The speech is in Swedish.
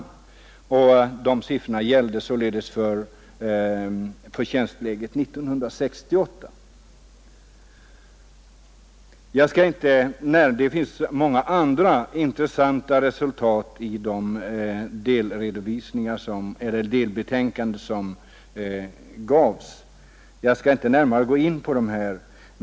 De siffrorna gällde således inkomstläget 1968. Det finns många andra intressanta delresultat i de delbetänkanden som avlämnades. Jag skall inte närmare gå in på dem här.